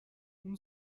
اون